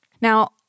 Now